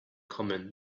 common